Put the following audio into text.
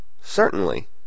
Certainly